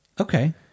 Okay